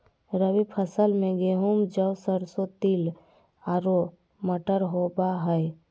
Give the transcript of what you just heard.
रबी फसल में गेहूं, जौ, सरसों, तिल आरो मटर होबा हइ